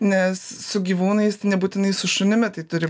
nes su gyvūnais nebūtinai su šunimi tai turi